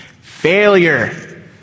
Failure